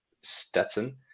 Stetson